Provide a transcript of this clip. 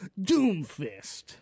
Doomfist